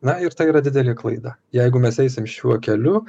na ir tai yra didelė klaida jeigu mes eisim šiuo keliu